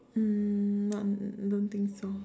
um none don't think so